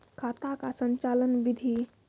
खाता का संचालन बिधि?